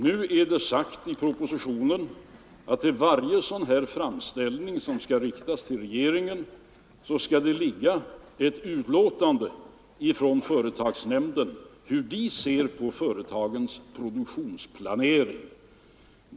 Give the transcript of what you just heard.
Nu är det sagt i propositionen att i varje framställning till regeringen skall ligga ett utlåtande från företagsnämnden om hur den ser på företagens produktionsplanering.